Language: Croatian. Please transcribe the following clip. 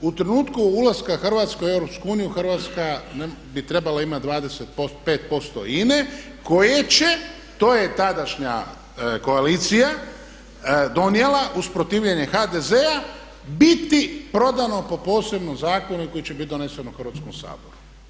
U trenutku ulaska Hrvatske u EU Hrvatska bi trebala imati 25% INA-e koje će, to je tadašnja koalicija donijela uz protivljenje HDZ-a biti prodano po posebnom zakonu koji će bit donesen u Hrvatskom saboru.